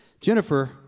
Jennifer